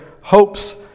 hopes